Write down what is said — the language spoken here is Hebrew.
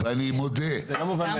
זה לא מובן מאליו.